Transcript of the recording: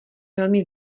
velmi